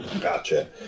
Gotcha